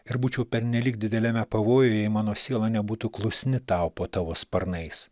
ir būčiau pernelyg dideliame pavojuje jei mano siela nebūtų klusni tau po tavo sparnais